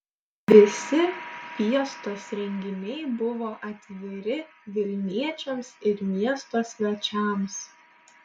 visi fiestos renginiai buvo atviri vilniečiams ir miesto svečiams